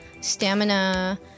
stamina